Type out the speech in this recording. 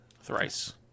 Thrice